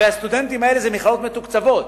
הרי הסטודנטים האלה הם במכללות מתוקצבות,